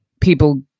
people